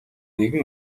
нэгэн